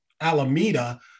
Alameda